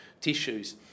tissues